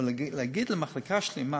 אבל להגיד למחלקה שלמה